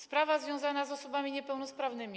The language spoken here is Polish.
Sprawa związana z osobami niepełnosprawnymi.